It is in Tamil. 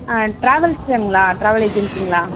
ஆ ட்ராவல்ஸங்களா ட்ராவல் ஏஜென்சிங்களா